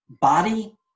body